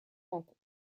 rencontres